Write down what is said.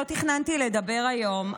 לא תכננתי לדבר היום,